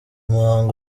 muhango